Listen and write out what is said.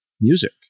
music